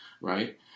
right